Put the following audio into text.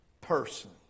person